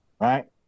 right